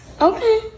Okay